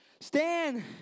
stand